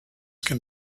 can